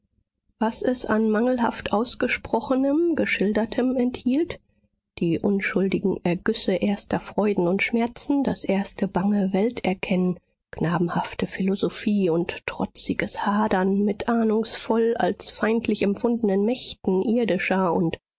was es an mangelhaft ausgesprochenem geschildertem enthielt die unschuldigen ergüsse erster freuden und schmerzen das erste bange welterkennen knabenhafte philosophie und trotziges hadern mit ahnungsvoll als feindlich empfundenen mächten irdischer und